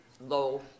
low